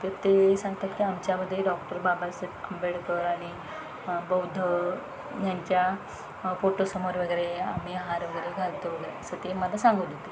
तर ते सांगतात की आमच्यामध्ये डॉक्टर बाबासाहेब आंबेडकर आनि बौद्ध यांच्या फोटोसमोर वगैरे आम्ही हार वगैरे घालतो असं ते मला सांगू देते